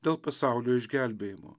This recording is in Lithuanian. dėl pasaulio išgelbėjimo